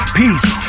peace